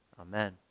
amen